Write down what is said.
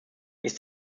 nicht